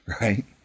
right